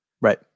Right